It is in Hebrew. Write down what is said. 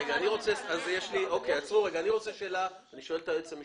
אני שואל את היועצת המשפטית.